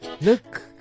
Look